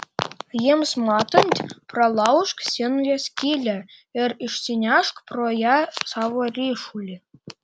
jiems matant pralaužk sienoje skylę ir išsinešk pro ją savo ryšulį